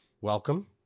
welcome